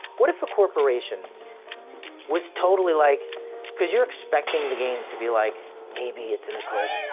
what if the corporation was totally, like because you're expecting the game to be like maybe it's and a cult,